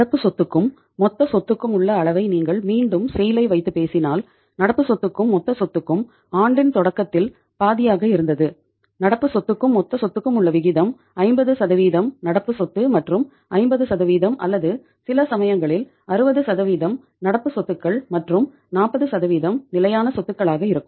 நடப்பு சொத்துக்கும் மொத்த சொத்துக்கும் உள்ள அளவை நீங்கள் மீண்டும் செய்ல் ஐ வைத்து பேசினால் நடப்பு சொத்துக்கும் மொத்த சொத்துக்கும் ஆண்டின் தொடக்கத்தில் பாதியாக இருந்தது நடப்பு சொத்துக்கும் மொத்த சொத்துக்கும் உள்ள விகிதம் 50 நடப்பு சொத்து மற்றும் 50 அல்லது சில சமயங்களில் 60 நடப்பு சொத்துக்கள் மற்றும் 40 நிலையான சொத்துக்களாக இருக்கும்